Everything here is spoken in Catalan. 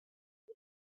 les